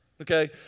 okay